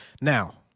Now